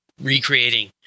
recreating